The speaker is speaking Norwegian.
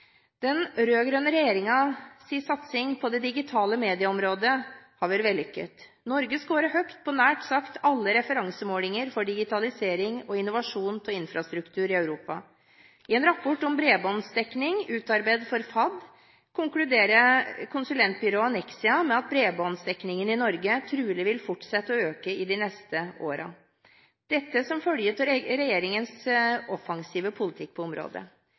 Den rød-grønne regjeringens satsing på det digitale medieområdet har vært vellykket. Norge scorer høyt på nær sagt alle referansemålinger for digitalisering og innovasjon av infrastruktur i Europa. I en rapport om bredbåndsdekning utarbeidet for FAD konkluderer konsulentbyrået Nexia med at bredbåndsdekningen i Norge trolig vil fortsette å øke i de neste årene – dette som en følge av regjeringens offensive politikk på området.